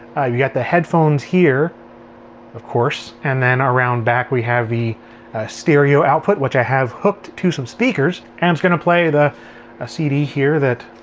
you got the headphones here of course. and then around back we have the stereo output, which i have hooked to some speakers. and i'm just gonna play the cd here that